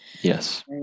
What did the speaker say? yes